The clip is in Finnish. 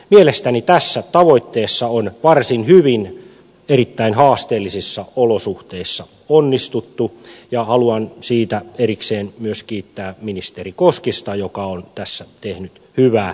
mielestäni tässä tavoitteessa on varsin hyvin erittäin haasteellisissa olosuhteissa onnistuttu ja haluan siitä myös kiittää erikseen ministeri koskista joka on tässä tehnyt hyvää työtä